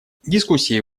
дискуссии